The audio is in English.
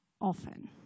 often